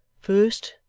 first,